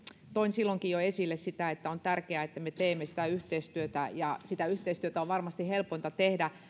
toin erityisesti esille sitä että on tärkeää että me teemme sitä yhteistyötä ja sitä yhteistyötä on varmasti helpointa tehdä